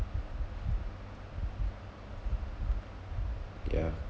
yeah